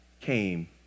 came